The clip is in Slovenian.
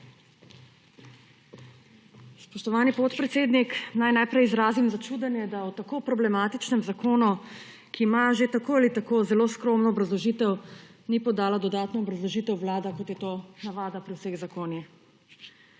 Spoštovani podpredsednik, naj najprej izrazim začudenje, da o tako problematičnem zakonu, ki ima že tako ali tako zelo skromno obrazložitev, ni podala dodatno obrazložitev Vlada, kot je to navada pri vseh zakonih.